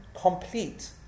complete